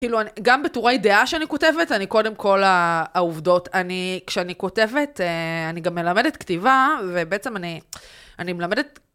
כאילו, אני-גם בטורי דעה שאני כותבת, אני קודם כל ה... העובדות אני... כשאני כותבת, א...אני גם מלמדת כתיבה, ובעצם אני... אני מלמדת